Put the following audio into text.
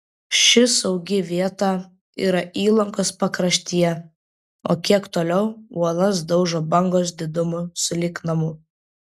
ši saugi vieta yra įlankos pakraštyje o kiek toliau uolas daužo bangos didumo sulig namu